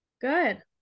Good